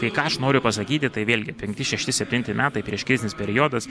tai ką aš noriu pasakyti tai vėlgi penkti šešti septinti metai prieškrizinis periodas